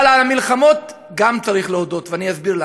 אבל גם על מלחמות צריך להודות, ואני אסביר למה.